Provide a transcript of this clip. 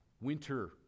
Winter